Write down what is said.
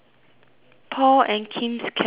Paul and Kim's cafe